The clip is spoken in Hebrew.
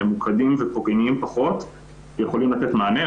ממוקדים ופוגעניים פחות שיכולים לתת מענה.